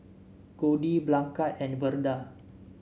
Codi Blanchard and Verda